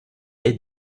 est